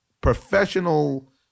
professional